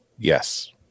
Yes